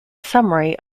summary